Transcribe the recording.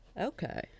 Okay